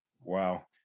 Wow